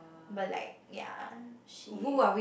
but like ya she